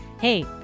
Hey